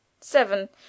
seven